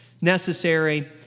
necessary